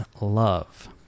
love